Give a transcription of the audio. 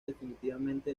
definitivamente